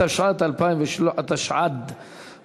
התשע"ד 2013,